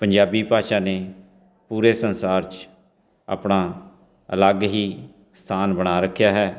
ਪੰਜਾਬੀ ਭਾਸ਼ਾ ਨੇ ਪੂਰੇ ਸੰਸਾਰ 'ਚ ਆਪਣਾ ਅਲੱਗ ਹੀ ਸਥਾਨ ਬਣਾ ਰੱਖਿਆ ਹੈ